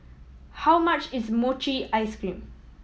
how much is mochi ice cream